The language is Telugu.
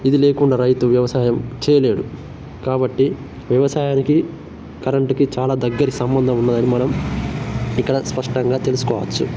ఇది లేకుండా రైతు వ్యవసాయం చేయలేడు కాబట్టి వ్యవసాయానికి కరంటుకి చాలా దగ్గర సంబంధం ఉన్నదని మనం ఇక్కడ స్పష్టంగా తెలుసుకోవచ్చు